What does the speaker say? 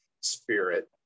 spirit